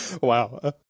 Wow